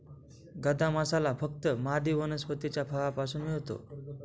गदा मसाला फक्त मादी वनस्पतीच्या फळापासून मिळतो